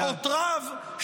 שעות רב,